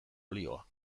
olioa